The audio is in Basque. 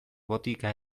botika